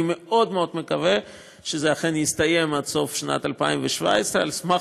אני מאוד מאוד מקווה שזה אכן יסתיים עד סוף שנת 2017. על סמך